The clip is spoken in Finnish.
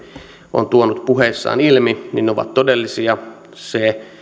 on tuonut puheissaan ilmi ovat todellisia se